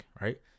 Right